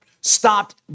stopped